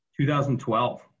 2012